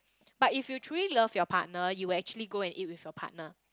but if you truly love your partner you will actually go and eat with your partner